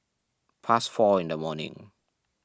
past four in the morning